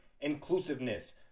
inclusiveness